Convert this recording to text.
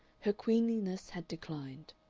her queenliness had declined.